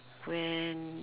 when